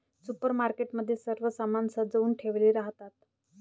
supermarket मध्ये सर्व सामान सजवुन ठेवले राहतात